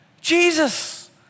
Jesus